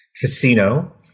casino